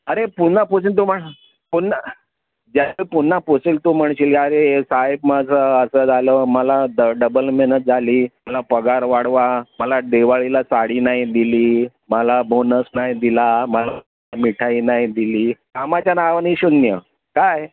अरे पुन्हा पुसून तो पुन्हा जास्त पुन्हा पुसेल तू म्हणशील अरे हे साहेब माझं असं झालं मला ड डबल मेहनत झाली मला पगार वाढवा मला दिवाळीला साडी नाही दिली मला बोनस नाही दिला मला मिठाई नाही दिली कामाच्या नावाने शून्य काय